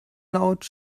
laut